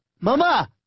mama